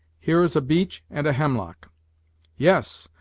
here is a beech and a hemlock yes,